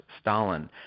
Stalin